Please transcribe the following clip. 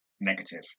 negative